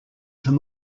them